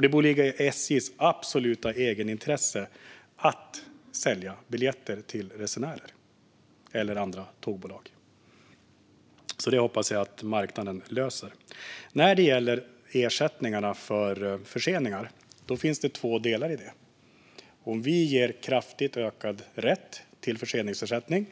Det borde ligga i SJ:s och andra tågbolags absoluta egenintresse att sälja biljetter till resenärer. Jag hoppas därför att marknaden löser detta. När det gäller ersättning för förseningar finns det två delar. Om vi ger kraftigt ökad rätt till förseningsersättning